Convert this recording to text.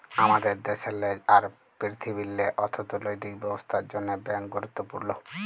আমাদের দ্যাশেল্লে আর পীরথিবীল্লে অথ্থলৈতিক ব্যবস্থার জ্যনহে ব্যাংক গুরুত্তপুর্ল